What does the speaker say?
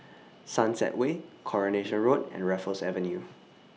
Sunset Way Coronation Road and Raffles Avenue